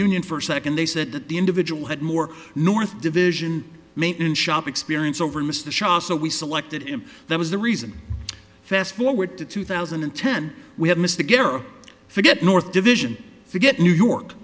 union for a second they said that the individual had more north division maintenance shop experience over mr shaw so we selected him that was the reason fast forward to two thousand and ten we have missed again forget north division forget new york